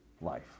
life